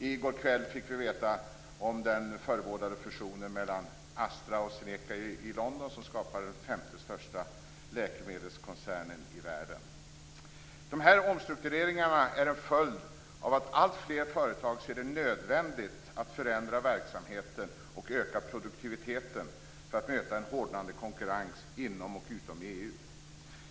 I går kväll fick vi höra om den förebådade fusionen mellan Astra och Zeneca i London som skapar den femte största läkemedelskoncernen i världen. De här omstruktureringarna är en följd av att alltfler företag ser det nödvändigt att förändra verksamheten och öka produktiviteten för att möta en hårdnande konkurrens inom och utom EU.